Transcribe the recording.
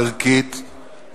ערכית,